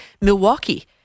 Milwaukee